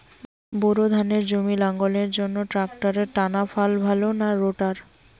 Bore ধানের জমি লাঙ্গলের জন্য ট্রাকটারের টানাফাল ভালো না রোটার?